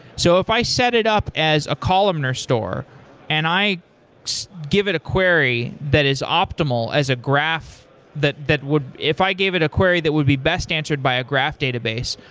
so if i set it up as a columnar store and i give it a query that is optimal as a graph that that would if i gave it a query that would be best answered by a graph database,